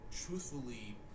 truthfully